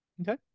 Okay